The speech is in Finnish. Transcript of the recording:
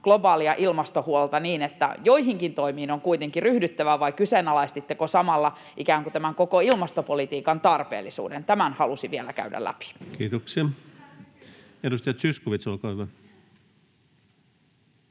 globaalia ilmastohuolta niin, että joihinkin toimiin on kuitenkin ryhdyttävä, vai kyseenalaistitteko samalla ikään kuin tämän koko ilmastopolitiikan tarpeellisuuden? Tämän halusin vielä käydä läpi. Kiitoksia. — Edustaja Zyskowicz, olkaa hyvä.